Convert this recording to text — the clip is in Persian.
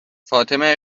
فاطمه